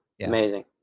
Amazing